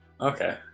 Okay